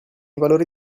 valori